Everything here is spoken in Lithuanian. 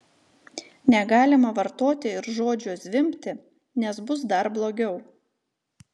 negalima vartoti ir žodžio zvimbti nes bus dar blogiau